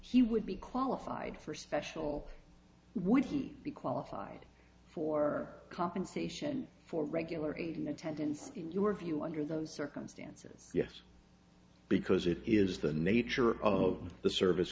he would be qualified for special would he be qualified for compensation for regular in attendance in your view under those circumstances yes because it is the nature of the service